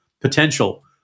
potential